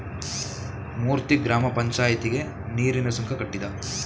ಮೂರ್ತಿ ಗ್ರಾಮ ಪಂಚಾಯಿತಿಗೆ ನೀರಿನ ಸುಂಕ ಕಟ್ಟಿದ